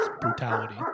brutality